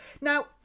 Now